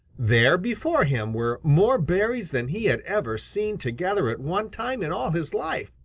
there before him were more berries than he had ever seen together at one time in all his life,